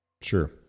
Sure